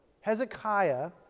Hezekiah